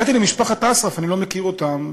הגעתי למשפחת אסרף, אני לא מכיר אותם,